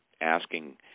asking